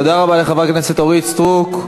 תודה רבה לחברת הכנסת אורית סטרוק.